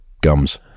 gums